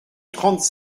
trente